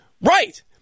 Right